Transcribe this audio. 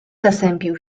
zasępił